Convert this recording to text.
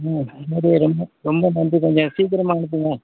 ரொம்ப ரொம்ப நன்றி கொஞ்சம் சீக்கிரமா அனுப்புங்கள்